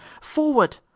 forward